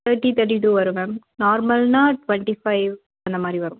thirty thirty two வரும் ma'am நார்மல்ன்னால் twenty five அந்தமாதிரி வரும்